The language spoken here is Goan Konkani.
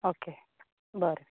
ओके बरें